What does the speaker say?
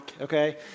okay